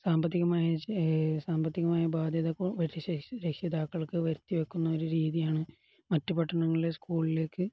സാമ്പത്തികമായ സാമ്പത്തികമായ ബാധ്യത രക്ഷിതാക്കൾക്കു വരുത്തിവയ്ക്കുന്ന ഒരു രീതിയാണ് മറ്റു പട്ടണങ്ങളിലെ സ്കൂളിലേക്ക്